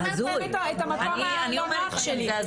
אני רגע אומרת את המקום הלא נוח שלי.